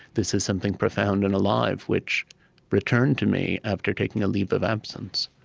this is something profound and alive, which returned to me after taking a leave of absence.